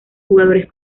jugadores